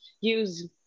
use